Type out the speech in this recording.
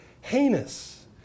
heinous